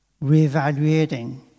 re-evaluating